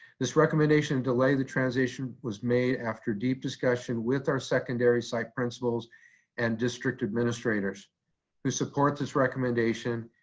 this recommendation delay, the transition, was made after deep discussion with our secondary site principals and district administrators who support this recommendation,